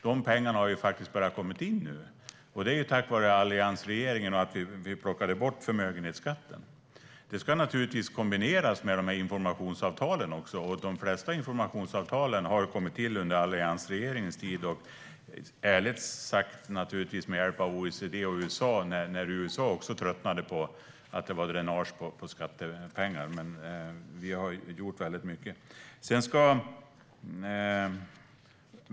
De pengarna har nu börjat komma in, tack vare alliansregeringen och att vi plockade bort förmögenhetsskatten. Det ska naturligtvis kombineras med informationsavtalen. De flesta informationsavtalen har kommit till under alliansregeringens tid, ärligt sagt naturligtvis med hjälp av OECD och USA, när USA tröttnade på dränaget på skattepengar. Men vi har gjort väldigt mycket.